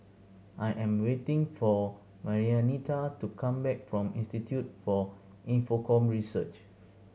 I am waiting for Marianita to come back from Institute for Infocomm Research